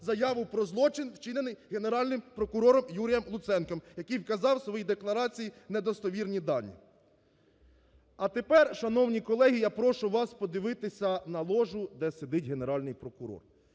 заяву про злочин, вчинений Генеральним прокурором Юрієм Луценком, який вказав в своїй декларації недостовірні дані. А тепер, шановні колеги, я прошу вас подивитися на ложу, де сидить генеральний прокурор.